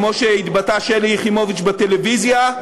כמו שהתבטאה שלי יחימוביץ בטלוויזיה,